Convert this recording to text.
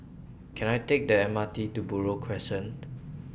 Can I Take The M R T to Buroh Crescent